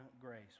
grace